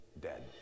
dead